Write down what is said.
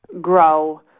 grow